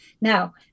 Now